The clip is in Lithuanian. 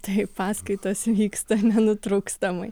taip paskaitos vyksta nenutrūkstamai